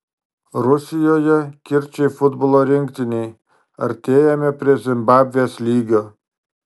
rusijoje kirčiai futbolo rinktinei artėjame prie zimbabvės lygio